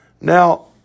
Now